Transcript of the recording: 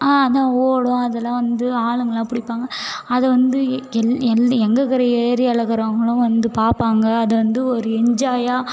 அதான் ஓடும் அதெலாம் வந்து ஆளுங்கலாம் பிடிப்பாங்க அதை வந்து எ எல் எல் எங்கக்கிற ஏரியாவிலக்கிறவங்களும் வந்து பார்ப்பாங்க அது வந்து ஒரு என்ஜாயாக